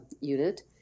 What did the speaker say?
unit